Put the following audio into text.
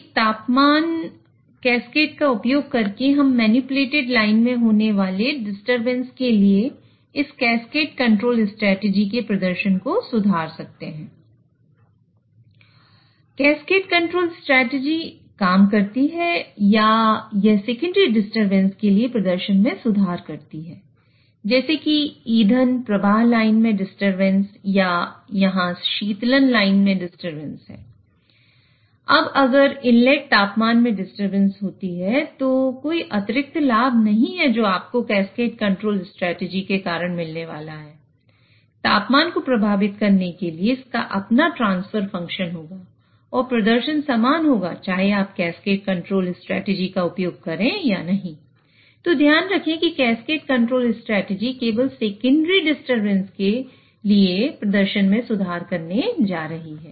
एक तापमान कैस्केड का उपयोग करके हम मैनिपुलेटेड लाइन में होने वाले डिस्टरबेंस के लिए इस कैस्केड कंट्रोल स्ट्रेटजी के प्रदर्शन को सुधार सकते हैं कैस्केड कंट्रोल स्ट्रेटजी केवल सेकेंडरी डिस्टरबेंस के लिए प्रदर्शन में सुधार करने जा रही है